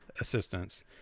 assistance